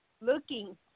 looking